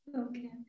okay